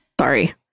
sorry